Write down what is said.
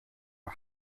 are